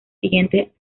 siguientes